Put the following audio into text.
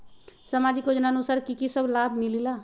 समाजिक योजनानुसार कि कि सब लाब मिलीला?